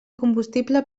combustible